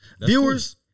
Viewers